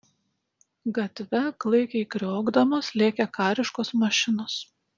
gatve klaikiai kriokdamos lėkė kariškos mašinos